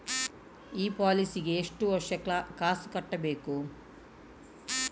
ಈ ಪಾಲಿಸಿಗೆ ಎಷ್ಟು ವರ್ಷ ಕಾಸ್ ಕಟ್ಟಬೇಕು?